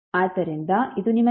ಆದ್ದರಿಂದ ಇದು ನಿಮಗೆ ಸಿಕ್ಕಿದೆ